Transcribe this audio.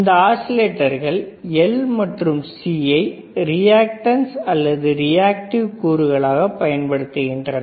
இந்த ஆஸிலேட்டர்கள் L மற்றும் C ஐ ரியாக்டன்ஸ் அல்லது ரியாக்டிவ் கூறுகளாக பயன்படுத்துகின்றன